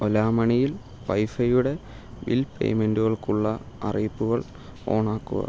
ഒല മണിയിൽ വൈഫൈയുടെ ബിൽ പേയ്മെൻ്റുകൾക്കുള്ള അറിയിപ്പുകൾ ഓണാക്കുക